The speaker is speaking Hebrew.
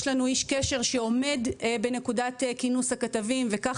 יש לנו איש קשר שעומד בנקודת כינוס הכתבים וכך